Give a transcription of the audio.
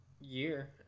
year